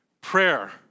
prayer